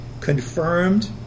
confirmed